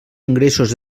ingressos